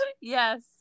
Yes